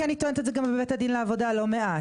כי אני טוענת את זה גם בבית הדין לעבודה לא מעט.